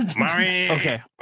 okay